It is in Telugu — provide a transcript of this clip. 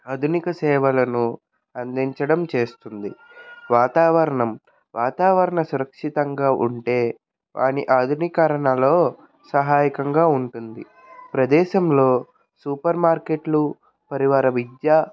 ఆధునిక సేవలను అందించడం చేస్తుంది వాతావరణం వాతావరణ సురక్షితంగా ఉంటే వాని ఆధునికరణలో సహాయకంగా ఉంటుంది ప్రదేశంలో సూపర్ మార్కెట్లు పరివార విద్య